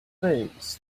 things